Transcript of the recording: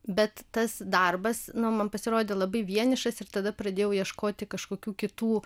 bet tas darbas na man pasirodė labai vienišas ir tada pradėjau ieškoti kažkokių kitų